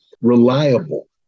reliable